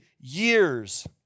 years